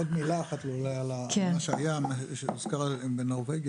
עוד מילה אחת על מה שהוזכר בנורבגיה.